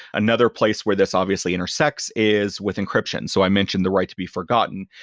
another place where this obviously intersects is with encryption. so i mentioned the right to be forgotten.